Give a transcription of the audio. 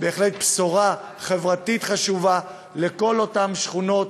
בהחלט בשורה חברתית חשובה לכל אותן שכונות,